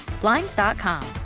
blinds.com